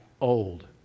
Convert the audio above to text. old